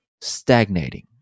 stagnating